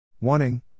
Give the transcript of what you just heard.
Wanting